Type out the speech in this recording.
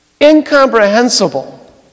incomprehensible